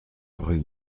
rue